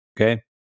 Okay